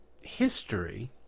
history